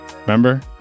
Remember